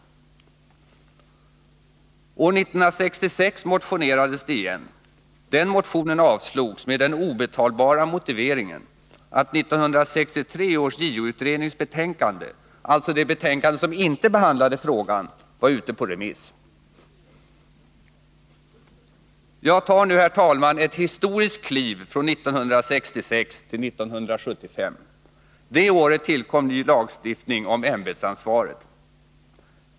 År 1966 motionerades det igen. Den motionen avslogs med den obetalbara motiveringen att 1963 års JO-utrednings betänkande — alltså det betänkande som inte behandlade frågan — var ute på remiss. Jag tar nu, herr talman, ett historiskt kliv från 1966 till 1975. Det året tillkom ny lagstiftning om ämbetsansvaret.